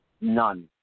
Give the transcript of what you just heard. None